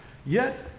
yet,